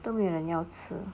都没有人要吃